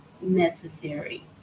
necessary